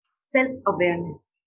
Self-awareness